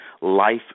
life